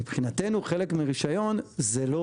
מבחינתנו חלק מרישיון זה לא